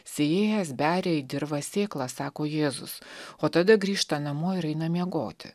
sėjėjas beria į dirvą sėklą sako jėzus o tada grįžta namo ir eina miegoti